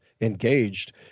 engaged